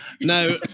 Now